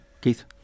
Keith